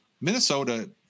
Minnesota